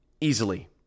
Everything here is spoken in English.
easily